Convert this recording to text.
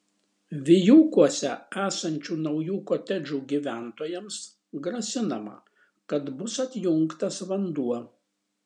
vijūkuose esančių naujų kotedžų gyventojams grasinama kad bus atjungtas vanduo